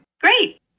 Great